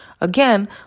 Again